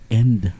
end